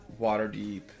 Waterdeep